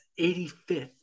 85th